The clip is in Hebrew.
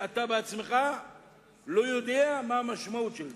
שאתה עצמך לא יודע מה המשמעות של זה.